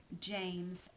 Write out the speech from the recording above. James